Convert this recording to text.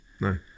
No